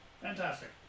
Fantastic